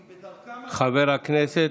היא בדרכה מהוועדה,